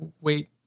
wait